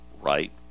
right